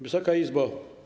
Wysoka Izbo!